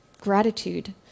gratitude